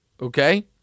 Okay